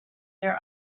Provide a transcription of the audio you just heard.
their